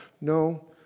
No